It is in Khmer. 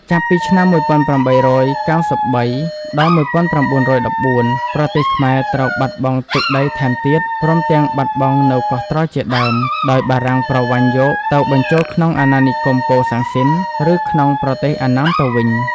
ចាប់ពីឆ្នាំ១៨៩៣ ដល់១៩១៤ ប្រទេសខ្មែរត្រូវបាត់បង់ទឹកដីថែមទៀត ព្រមទាំងបាត់បង់នៅកោះត្រល់ជាដើម ដោយបារាំងប្រវ័ញ្ចាយកទៅបញ្ចូលក្នុង អាណានិគមកូសាំងស៊ីន ឬក្នុងប្រទេសអណ្ណាមទៅវិញ។